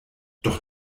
doch